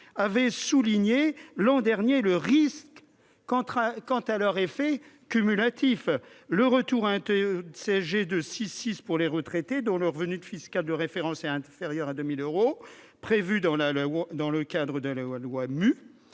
avait souligné l'an dernier le risque quant à leur effet cumulatif : d'une part, le retour à un taux de CSG de 6,6 % pour les retraités dont le revenu fiscal de référence est inférieur à 2 000 euros, prévu dans le cadre de la loi du